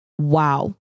Wow